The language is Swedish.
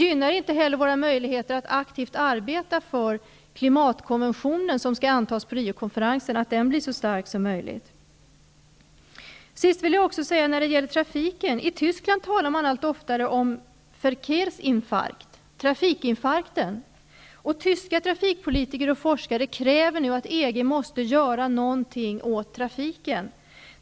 Inte heller gynnas våra möjligheter att aktivt arbeta för att den klimatkonvention som skall antas på Riokonferensen blir så stark som möjligt. Till sist vill jag när det gäller trafiken säga följande. I Tyskland talas det allt oftar om ''Verkehrsinfarkt'', trafikinfarkten. Tyska trafikpolitiker och forskare kräver nu att EG gör något åt trafiken.